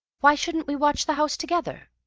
why shouldn't we watch the house together?